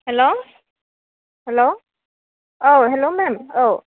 hello hello औ hello ma'am औ